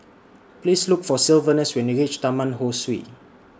Please Look For Sylvanus when YOU REACH Taman Ho Swee